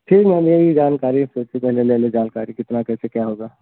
ठीक है मैम यही जानकारी हम सोचे पहले ले लें जानकारी कितना कैसे क्या होगा